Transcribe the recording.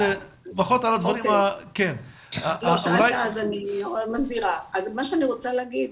על הדברים --- מה שאני רוצה להגיד,